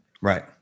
right